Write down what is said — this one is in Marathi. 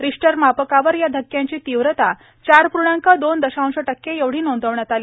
रिश्टर मापकावर या धक्याची तीव्रता चार पूर्णांक दोन दशांश टक्के एवढी नोंदवण्यात आली